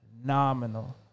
phenomenal